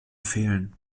fehlen